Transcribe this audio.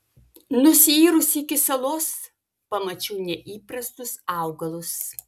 nusiyrusi iki salos pamačiau neįprastus augalus